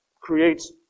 creates